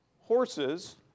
horses